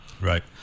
Right